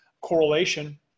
correlation